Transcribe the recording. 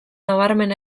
nabarmen